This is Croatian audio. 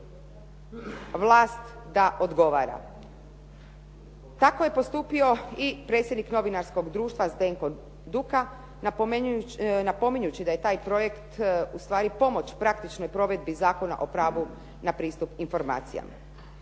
vlast da odgovara. Tako je postupio i predsjednik Novinarskog društva Zdenko Duka napominjući da je taj projekt ustvari pomoć praktičnoj provedbi Zakona o pravu na pristup informacijama.